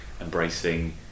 embracing